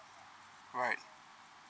right